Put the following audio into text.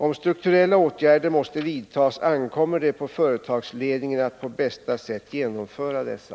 Om strukturella åtgärder måste vidtas, ankommer det på företagsledningen att på bästa sätt genomföra dessa.